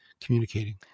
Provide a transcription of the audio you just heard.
communicating